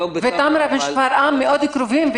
וטמרה ושפרעם הם ישובים קרובים מאוד